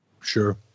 Sure